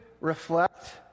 reflect